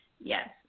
yes